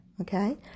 okay